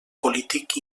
polític